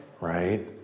right